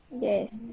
Yes